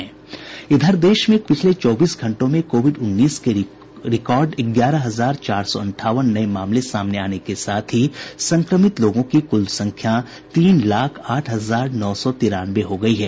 इधर देश में पिछले चौबीस घंटों में कोविड उन्नीस के रिकॉर्ड ग्यारह हजार चार सौ अंठावन नए मामले सामने आने के साथ ही संक्रमित लोगों की कुल संख्या तीन लाख आठ हजार नौ सौ तिरानवे हो गई है